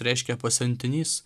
reiškia pasiuntinys